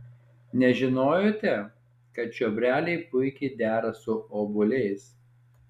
nežinojote kad čiobreliai puikiai dera su obuoliais